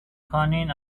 cunning